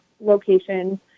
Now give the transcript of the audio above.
locations